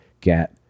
get